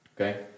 Okay